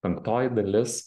penktoji dalis